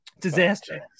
Disaster